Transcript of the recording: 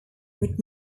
would